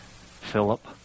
philip